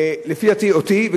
לפי דעתי אותי,